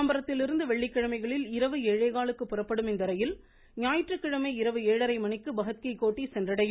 தாம்பரத்திலிருந்து வெள்ளிக்கிழமைகளில் இரவு ஏழேகால் மணிக்கு புறப்படும் இந்த ரயில் ஞாயிற்றுக்கிழமை இரவு ஏழரை மணிக்கு பகத் கீ கோட்டி சென்றடையும்